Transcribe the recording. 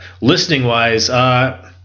Listening-wise